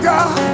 God